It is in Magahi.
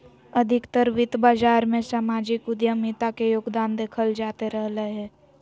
अधिकतर वित्त बाजार मे सामाजिक उद्यमिता के योगदान देखल जाते रहलय हें